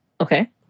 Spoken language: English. Okay